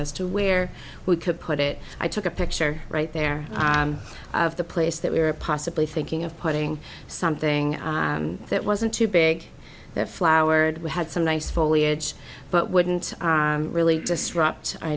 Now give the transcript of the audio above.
as to where we could put it i took a picture right there of the place that we were possibly thinking of putting something that wasn't too big that flowered we had some nice foliage but wouldn't really disrupt i